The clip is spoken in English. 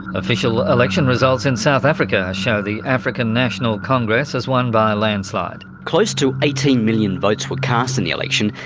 official election results in south africa show the african national congress has won by a landslide. close to eighteen million votes were cast in the election,